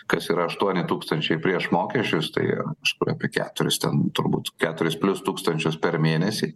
kas yra aštuoni tūkstančiai prieš mokesčius tai kažkur apie keturis ten turbūt keturis plius tūkstančius per mėnesį